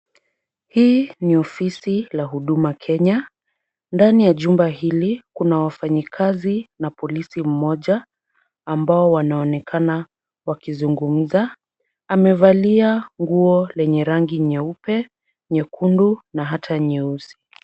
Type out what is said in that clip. Hii ni ofisi la Huduma Kenya, ndani ya jumba hili kuna wafanyikazi na polisi mmoja ambao wanaonekana wakizungumza, amevalia nguo lenye rangi nyeupe nyekundu na hata nyeusi.